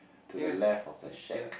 to the left of the shack